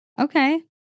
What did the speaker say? okay